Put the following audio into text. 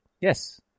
Yes